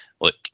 look